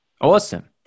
awesome